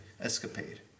escapade